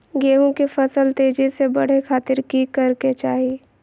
गेहूं के फसल तेजी से बढ़े खातिर की करके चाहि?